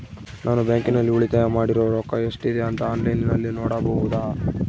ನಾನು ಬ್ಯಾಂಕಿನಲ್ಲಿ ಉಳಿತಾಯ ಮಾಡಿರೋ ರೊಕ್ಕ ಎಷ್ಟಿದೆ ಅಂತಾ ಆನ್ಲೈನಿನಲ್ಲಿ ನೋಡಬಹುದಾ?